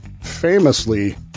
famously